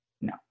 no